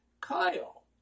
Kyle